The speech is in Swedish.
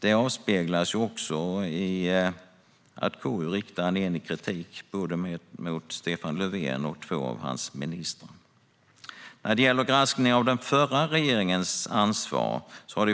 Det avspeglas också i att KU riktar enig kritik mot Stefan Löfven och två av hans ministrar. När det gäller granskningen av den förra regeringens ansvar har